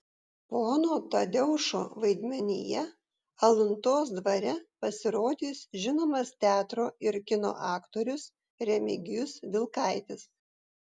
pono tadeušo vaidmenyje aluntos dvare pasirodys žinomas teatro ir kino aktorius remigijus vilkaitis